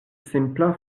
simpla